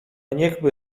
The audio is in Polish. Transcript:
niechby